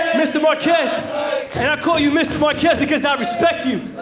mister marquez, and i call you mister marquez because i respect you.